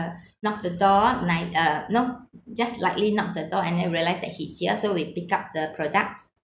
uh knocked the door like uh you know just lightly knock the door and then realised that he's here so we pick up the products